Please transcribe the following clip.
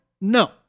No